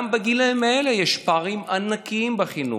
גם בגילים האלה יש פערים ענקיים בחינוך.